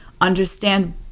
understand